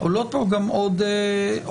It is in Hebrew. עולות פה גם עוד אפשרויות,